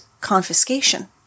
confiscation